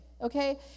okay